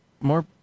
more